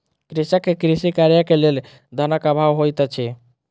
कृषक के कृषि कार्य के लेल धनक अभाव होइत अछि